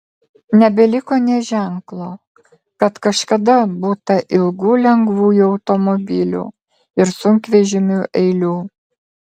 nebeliko nė ženklo kad kažkada būta ilgų lengvųjų automobilių ir sunkvežimių eilių